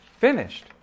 Finished